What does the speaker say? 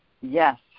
Yes